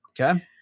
Okay